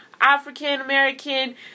African-American